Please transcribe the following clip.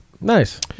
Nice